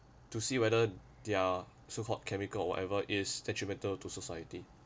to see whether their so called chemical or whatever is detrimental to society